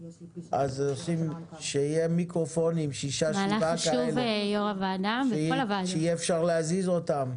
שיהיו שישה-שבעה מיקרופונים שאפשר להזיז.